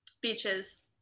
Beaches